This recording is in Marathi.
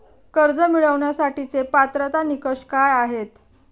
कर्ज मिळवण्यासाठीचे पात्रता निकष काय आहेत?